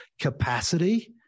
Capacity